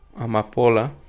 Amapola